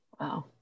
wow